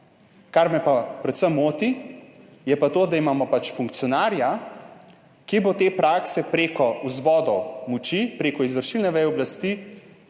Kar me pa predvsem moti, je to, da imamo funkcionarja, ki bo te prakse prek vzvodov moči, prek izvršilne veje oblasti,